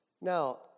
Now